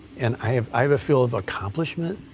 and i have i have a feeling of accomplishment,